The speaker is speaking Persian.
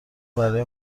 برای